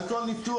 על כל ניתוח,